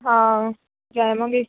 ਹਾਂ ਜਾ ਆਵਾਂਗੇ